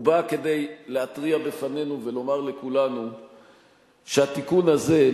הוא בא כדי להתריע בפנינו ולומר לכולנו שהתיקון הזה,